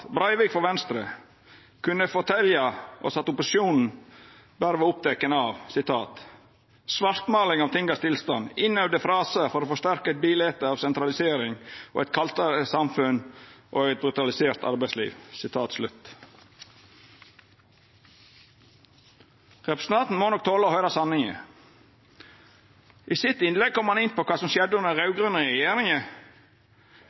Breivik frå Venstre, kunne fortelja oss at opposisjonen berre var oppteken av «svartmåling av tingas tilstand, innøvde fraser for å forsterka eit bilete av sentralisering, eit kaldare samfunn og eit brutalisert arbeidsliv, Representanten må nok tåla å høyra sanninga. I sitt innlegg kom han inn på kva som skjedde under den